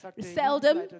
seldom